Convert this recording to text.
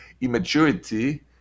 immaturity